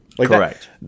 Correct